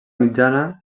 mitjana